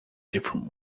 different